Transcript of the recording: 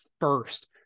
first